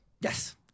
yes